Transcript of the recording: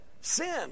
sin